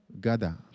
gather